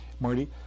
Marty